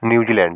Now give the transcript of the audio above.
New Zealand